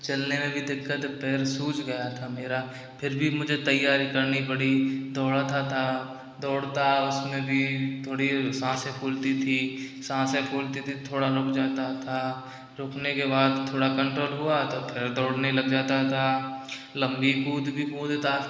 चलने में भी दिक्कत पैर सूझ गया था मेरा फिर भी मुझे तैयारी करनी पड़ी दौड़ाता था दौड़ता उसमें भी थोड़ी साँसें फूलती थी साँसें फूलती थी थोड़ा रुक जाता था रुकने के बाद थोड़ा कंट्रोल हुआ तो फिर दौड़ने लग जाता था लंबी कूद भी कूदता था